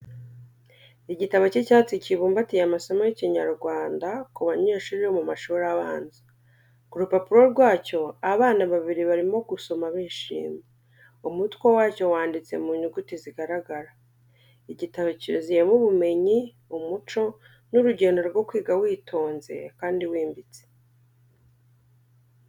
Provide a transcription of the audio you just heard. Igitabo cy’icyatsi kibumbatiye amasomo y’Ikinyarwanda ku banyeshuri bo mu mashuri abanza. Ku rupapuro rwacyo, abana babiri barimo gusoma bishimye. Umutwe wacyo wanditse mu nyuguti zigaragara. Igitabo cyuzuyemo ubumenyi, umuco, n’urugendo rwo kwiga witonze kandi wimbitse.